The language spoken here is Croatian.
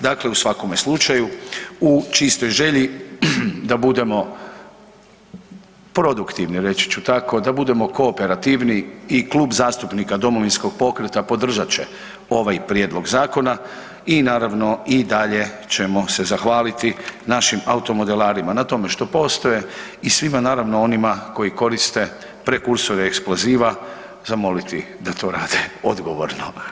Dakle, u svakome slučaju u čistoj želji da budemo produktivni, reći ću tako, da budemo kooperativniji i Klub zastupnika Domovinskog pokreta podržat će ovaj prijedlog zakona i naravno i dalje ćemo se zahvaliti našim automodelarima na tome što postoje i svima naravno onima koji koriste prekursore eksploziva, zamoliti da to rade odgovorno.